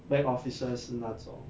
bank officers 那种